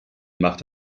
macht